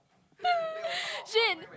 shit